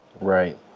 Right